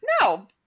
No